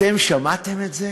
אתם שמעתם את זה?